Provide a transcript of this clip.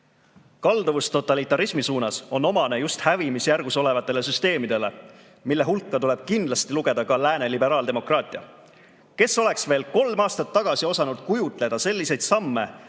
totalitarismi suunas on omane just hävimisjärgus olevatele süsteemidele, mille hulka tuleb kindlasti lugeda ka lääne liberaaldemokraatia. Kes oleks veel kolm aastat tagasi osanud kujutleda selliseid samme